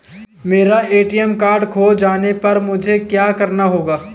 मेरा ATM card खो जाने पर मुझे क्या करना होगा?